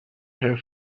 her